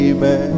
Amen